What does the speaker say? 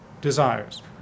desires